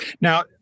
Now